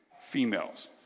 females